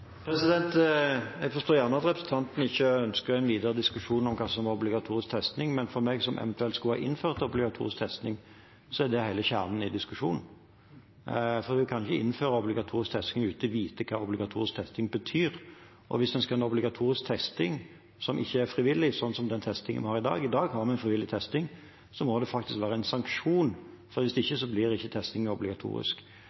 Jeg forstår at representanten kanskje ikke ønsker en videre diskusjon om hva som er obligatorisk testing, men for meg, som eventuelt skulle ha innført obligatorisk testing, er det hele kjernen i diskusjonen, for vi kan ikke innføre obligatorisk testing uten å vite hva obligatorisk testing betyr. Hvis vi skal ha obligatorisk testing – som ikke er frivillig testing, som vi har i dag, i dag har vi frivillig testing – må det faktisk være en sanksjon, for hvis